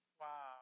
Wow